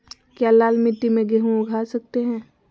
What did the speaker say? क्या लाल मिट्टी में गेंहु उगा स्केट है?